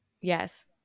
Yes